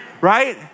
Right